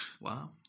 wow